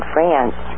France